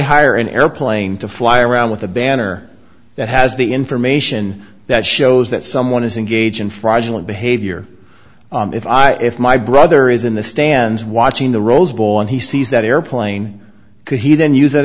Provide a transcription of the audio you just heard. hire an airplane to fly around with a banner that has the information that shows that someone is engaged in fragile behavior if i if my brother is in the stands watching the rose bowl and he sees that airplane could he then use that